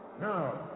now